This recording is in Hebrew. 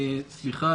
סליחה,